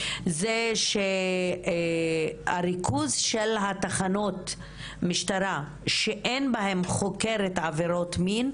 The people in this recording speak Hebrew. זה שהריכוז של תחנות המשטרה שאין בהן חוקרת עבירות מין,